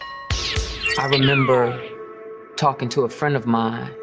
i remember talking to a friend of mine.